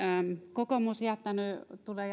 kokoomus tulee